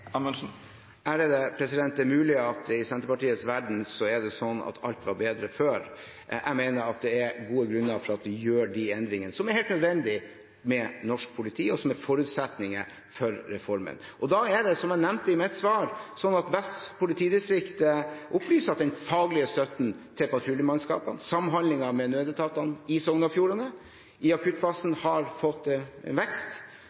Det er mulig at det i Senterpartiets verden er sånn at alt var bedre før. Jeg mener at det er gode grunner til at vi gjør de endringene som er helt nødvendige for norsk politi, og som er forutsetningen for reformen. Da er det som jeg nevnte i mitt svar, at Vest politidistrikt opplyser at den faglige støtten til patruljemannskapene og samhandlingen med nødetatene i Sogn og Fjordane i akuttfasen har fått en vekst.